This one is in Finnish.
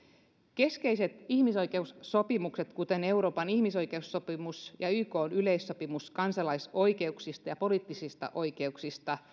keskeiset ihmisoikeussopimukset kuten euroopan ihmisoikeussopimus ja ykn yleissopimus kansalaisoikeuksista ja poliittisista oikeuksista